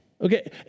Okay